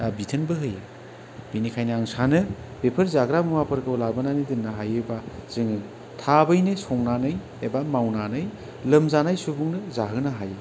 बा बिथोनबो होयो बेनिखायनो आं सानो बेफोर जाग्रा मुवाफोरखौ लाबोनानै दोननो हायोबा जोङो थाबैनो संनानै एबा मावनानै लोमजानाय सुबुंनो जाहोनो हायो